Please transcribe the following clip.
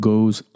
Goes